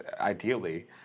ideally